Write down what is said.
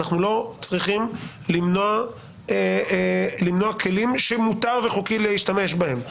אנחנו לא צריכים למנוע כלים שמותר וחוקי להשתמש בהם,